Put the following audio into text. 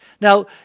Now